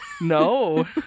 No